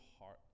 heart